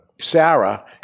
Sarah